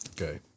Okay